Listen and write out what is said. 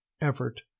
effort